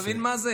אתה מבין מה זה?